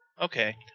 Okay